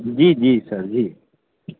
जी जी सर जी